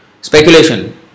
speculation